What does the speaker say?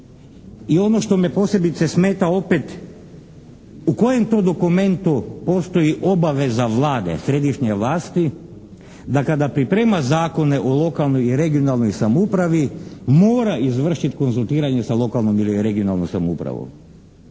i ono što me posebice smeta opet u kojem to dokumentu postoji obaveza Vlade, središnje vlasti da kada priprema zakone o lokalnoj i regionalnoj samoupravi mora izvršiti konzultiranje sa lokalnom ili regionalnom samoupravom.